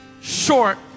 short